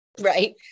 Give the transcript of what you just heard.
right